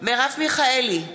מרב מיכאלי,